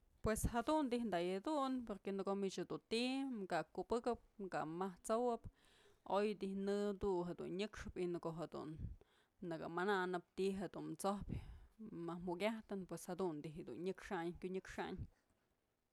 Pues jadun dijyë da'da yëdun porque në ko'o mich dun ti'i ka kubëkëp ka majsowëb oydi'i nëdu'u jedun nyëkxëbë y në ko'o jedun nëkë mananëp ti'i jedun t'sojpyë më mukyajtën pued jadun dijyë dun nyëksayn kyunyëkxayn.